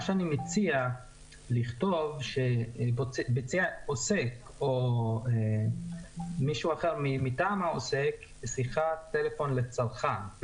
אני מציע לכתוב "ביצע העוסק או מישהו אחר מטעם העוסק שיחת טלפון לצרכן",